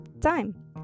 time